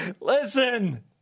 Listen